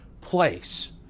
place